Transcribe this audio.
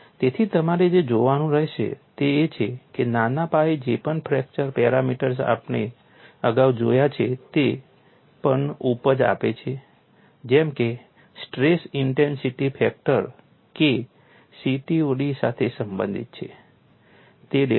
તેથી તમારે જે જોવાનું રહેશે તે એ છે કે નાના પાયે જે પણ ફ્રેક્ચર પેરામીટર્સ આપણે અગાઉ જોયા છે તે J પણ ઉપજ આપે છે જેમ કે stress intensity factor K CTOD સાથે સંબંધિત છે તે ડેલ્ટા છે